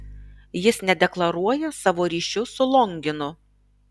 jis nedeklaruoja savo ryšių su longinu